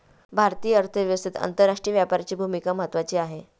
भारतीय अर्थव्यवस्थेत आंतरराष्ट्रीय व्यापाराची भूमिका महत्त्वाची आहे